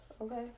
okay